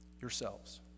yourselves